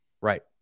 right